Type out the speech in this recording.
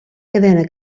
cadena